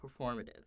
performative